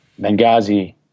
Benghazi